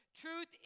Truth